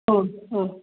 ഓഹ് ഓഹ്